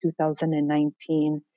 2019